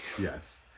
Yes